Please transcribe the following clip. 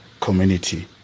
community